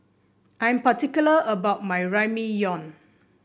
I'm particular about my Ramyeon